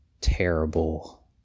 terrible